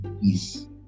peace